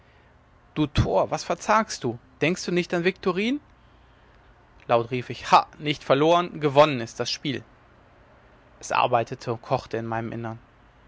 du tor was verzagst du denkst du nicht an viktorin laut rief ich ha nicht verloren gewonnen ist das spiel es arbeitete und kochte in meinem innern